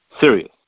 serious